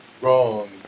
wrong